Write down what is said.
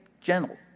gentle